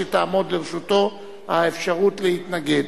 שתעמוד לרשותו האפשרות להתנגד.